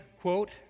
quote